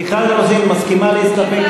מיכל רוזין, מסכימה להסתפק